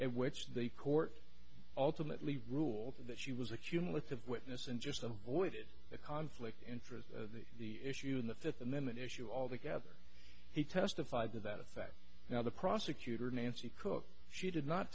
and which they court ultimately rules that she was a cumulative witness and just avoided a conflict of interest the issue in the fifth amendment issue altogether he testified to that effect now the prosecutor nancy cook she did not